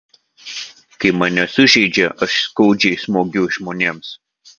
kai mane sužeidžia aš skaudžiai smogiu žmonėms